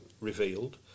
revealed